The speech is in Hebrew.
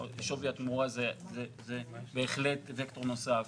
שווי התמורה זה בהחלט וקטור נוסף.